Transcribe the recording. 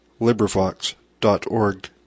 LibriVox.org